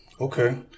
Okay